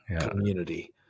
community